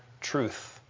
truth